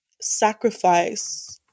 sacrifice